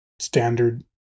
standard